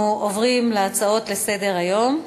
אנחנו עוברים להצעות לסדר-היום בנושא: